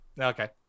Okay